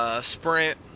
Sprint